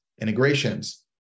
integrations